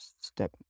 Step